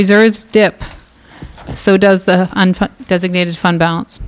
reserves dip so does the designated fund balance